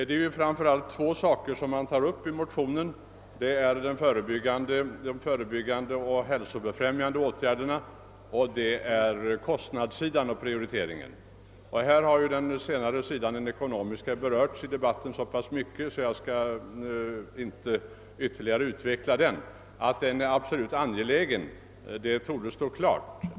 Det är framför allt två saker som tas upp i motionen, nämligen förebyggande och hälsobefrämjande åtgärder samt kostnaderna och prioriteringen på sjukvårdssidan. Den senare delen, den ekonomiska, har berörts så mycket i debatten, att jag inte skall ytterligare utveckla den. Att den är angelägen torde stå klart.